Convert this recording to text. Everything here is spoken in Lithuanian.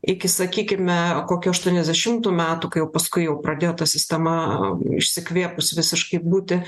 iki sakykime kokio aštuoniasdešimtų metų kai jau paskui jau pradėjo ta sistema išsikvėpus visiškai būti